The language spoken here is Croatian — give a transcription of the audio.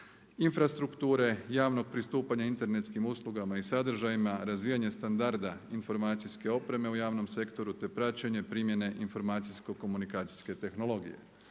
infrastrukture, javnog pristupanja internetskim uslugama i sadržajima, razvijanje standarda informacijske opreme u javnom sektoru te praćenje primjene informacijsko-komunikacijske tehnologije.